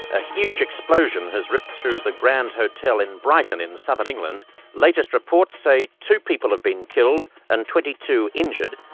a huge explosion has ripped through the grand hotel in brighton in southern england. the latest reports say two people have been killed and twenty two injured,